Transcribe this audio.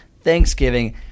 thanksgiving